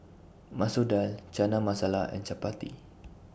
Masoor Dal Chana Masala and Chapati